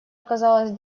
оказалось